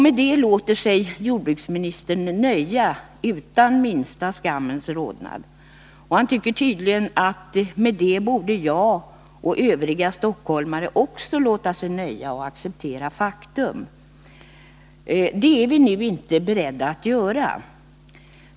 Med detta låter sig jordbruksministern nöja, utan minsta skammens rodnad. Och han tycker tydligen att jag och övriga stockholmare också borde nöja oss med detta och acceptera faktum. Det är vi nu inte beredda att göra.